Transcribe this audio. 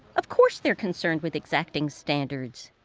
of course they're concerned with exacting standards.